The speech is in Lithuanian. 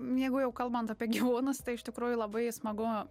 jeigu jau kalbant apie gyvūnus tai iš tikrųjų labai smagu